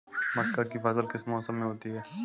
मक्का की फसल किस मौसम में होती है?